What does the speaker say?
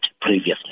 previously